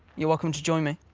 you're welcome to join me.